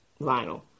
vinyl